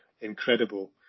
incredible